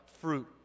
fruit